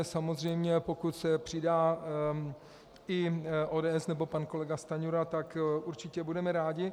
Samozřejmě pokud se přidá i ODS nebo pan kolega Stanjura, tak určitě budeme rádi.